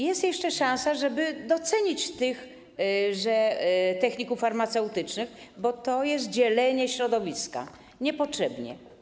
Jest jeszcze szansa, żeby docenić techników farmaceutycznych, bo to jest dzielenie środowiska, niepotrzebne.